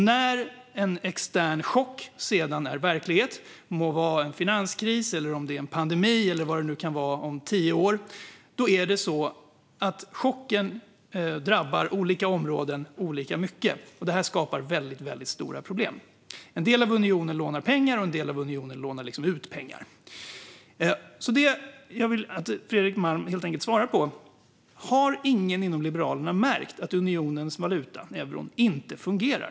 När en extern chock sedan är verklighet, det må vara en finanskris, pandemi eller vad det nu kan vara om tio år, drabbar chocken olika områden olika mycket. Detta skapar väldigt stora problem. En del av unionen lånar pengar, och en del av unionen lånar ut pengar. Jag vill helt enkelt att Fredrik Malm svarar på frågan. Har ingen inom Liberalerna märkt att unionens valuta, euron, inte fungerar?